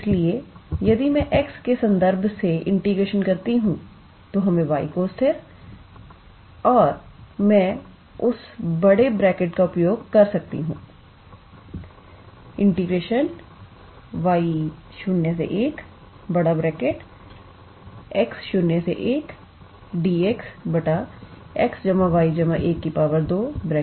इसलिए यदि मैं पहले x के संदर्भ में इंटीग्रेशन करती हूं तो हमें y को स्थिर और फिर मैं उस बड़े ब्रैकेट का उपयोग कर सकती हूं y01x01𝑑𝑥𝑥𝑦1 2𝑑𝑦